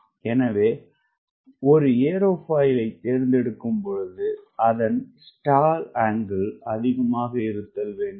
எனவே ஒரு ஏரோபாயில்தேர்ந்தெடுக்கும்பொழுது அதன்ஸ்டால் அங்கிள் அதிகமாக இருத்தல் வேண்டும்